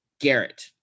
Garrett